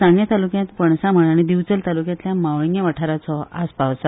सांगें तालुक्यांत पणसामळ आनी दिवचल तालुक्यांतल्या म्हावर्ळिंगे वाठाराचो आस्पाव आसा